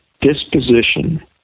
disposition